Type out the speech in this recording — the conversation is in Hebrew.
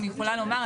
אני יכולה לומר,